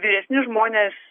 vyresni žmonės